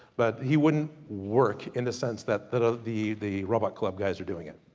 but he wouldn't work in the sense, that that ah the the robot club guys are doing it.